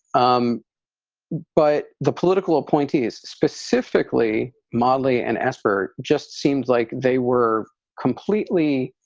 um but the political appointees, specifically mottley and asper, just seems like they were completely